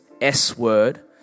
S-Word